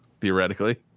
theoretically